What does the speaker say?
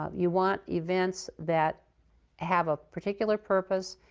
ah you want events that have a particular purpose,